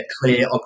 clear